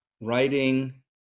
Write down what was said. writing